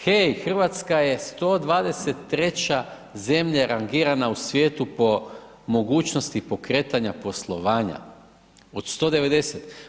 Hej, Hrvatska je 123 zemlja rangirana u svijetu po mogućnosti pokretanja poslovanja, od 190.